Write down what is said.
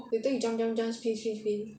later you jump jump jump spin spin spin